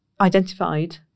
identified